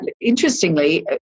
interestingly